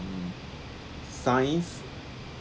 signs